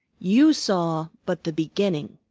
you saw but the beginning,